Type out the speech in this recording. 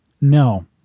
no